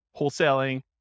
wholesaling